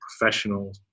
professional